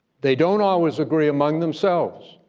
they don't always agree among themselves.